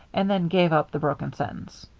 and then gave up the broken sentence.